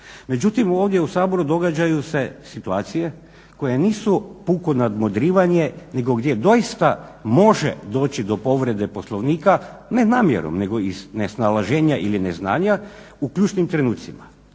Međutim, ovdje u Saboru događaju se situacije koje nisu puko nadmudrivanje nego gdje doista može doći do povrede Poslovnik, ne namjerom nego iz nesnalaženja ili neznanja u ključnim trenucima.